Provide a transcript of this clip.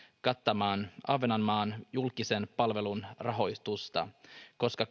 kattamaan ahvenanmaan julkisen palvelun rahoitusta koska